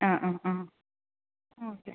ആ ആ ആ ഓക്കേ